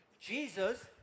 Jesus